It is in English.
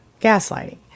Gaslighting